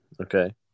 Okay